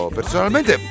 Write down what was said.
personalmente